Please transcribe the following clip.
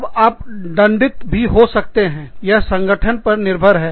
अब आप दंडित भी हो सकते हैंयह संगठन पर निर्भर है